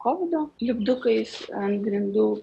kovido lipdukais ant grindų